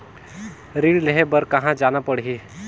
ऋण लेहे बार कहा जाना पड़ही?